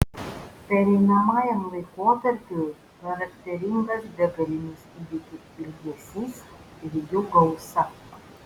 pereinamajam laikotarpiui charakteringas begalinis įvykių ilgesys ir jų gausa